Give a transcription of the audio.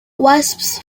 wasps